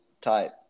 type